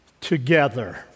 together